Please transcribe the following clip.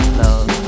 love